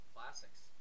Classics